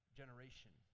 generation